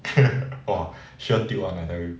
!wah! sure tilt [one] I tell you